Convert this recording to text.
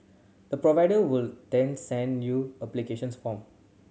the provider will then send you applications form